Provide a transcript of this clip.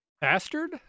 bastard